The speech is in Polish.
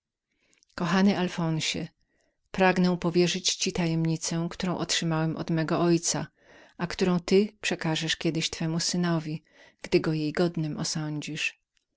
rzekł kochany alfonsie pragnę powierzyć ci tajemnicę którą otrzymałem od mego ojca a którą ty przekażesz kiedyś twemu synowi gdy go jej godnym osądzisz